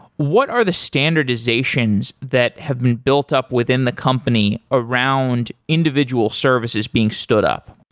what are the standardizations that have been built up within the company around individual services being stood up?